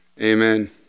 Amen